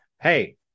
hey